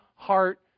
heart